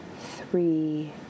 three